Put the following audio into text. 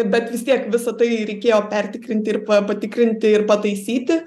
bet vis tiek visa tai reikėjo pertikrinti ir pa patikrinti ir pataisyti